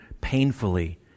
painfully